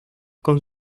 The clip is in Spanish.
con